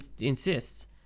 insists